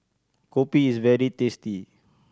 kopi is very tasty